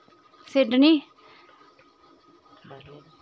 Sydney